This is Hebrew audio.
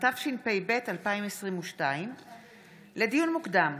התשפ"ב 2022. לדיון מוקדם,